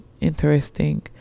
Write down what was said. interesting